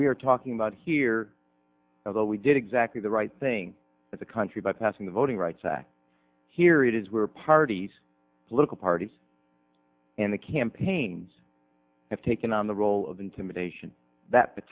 we are talking about here though we did exactly the right thing as a country bypassing the voting rights act here it is we're parties political parties and the campaigns have taken on the role of intimidation that